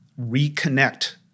reconnect